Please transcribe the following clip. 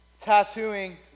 tattooing